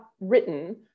written